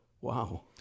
wow